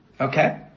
Okay